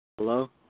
Hello